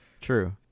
true